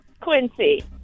Quincy